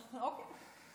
אוקיי.